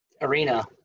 arena